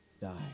die